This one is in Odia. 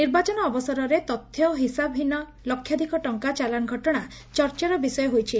ନିର୍ବାଚନ ଅବସରରେ ତଥ୍ୟ ଓ ହିସାବ ହୀନ ଲକ୍ଷାଧିକ ଟଙ୍କା ଚାଲାଶ ଘଟଣା ଚର୍ଚାର ବିଷୟ ହୋଇଛି